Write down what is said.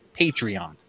Patreon